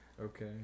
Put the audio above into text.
Okay